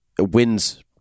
wins